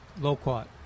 Loquat